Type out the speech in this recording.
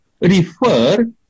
refer